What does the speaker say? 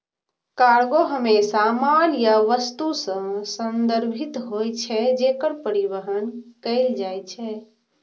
cargo हमेशा माल या वस्तु सं संदर्भित होइ छै, जेकर परिवहन कैल जाइ छै